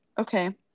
Okay